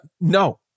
No